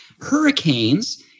Hurricanes